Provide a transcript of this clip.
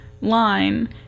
Line